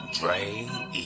Dre